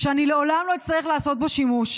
שאני לעולם לא אצטרך לעשות בו שימוש.